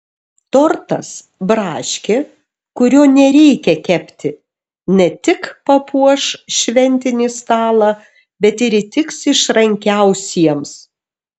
tortas braškė kurio nereikia kepti ne tik papuoš šventinį stalą bet ir įtiks išrankiausiems